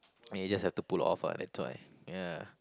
ya it just have to pull off ah that's why ya